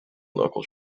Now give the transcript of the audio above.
local